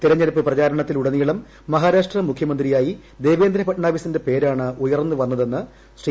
തെരഞ്ഞെടുപ്പ് പ്രചരണത്തിനുടനീളം മഹാരാഷ്ട്ര മുഖ്യമന്ത്രിയായി ദേവന്ദ്ര ഫഡ്നാവിസിന്റെ പേരാണ് ഉയർന്നു വന്നതെന്ന് ശ്രീ